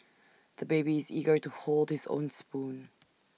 the baby is eager to hold his own spoon